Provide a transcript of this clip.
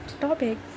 topic